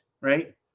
right